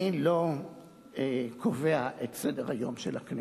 אני לא קובע את סדר-היום של הכנסת.